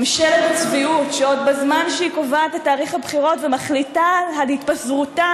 ממשלת צביעות שעוד בזמן שהיא קובעת את תאריך הבחירות ומחליטה על התפזרותה